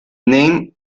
name